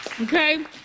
okay